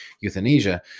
euthanasia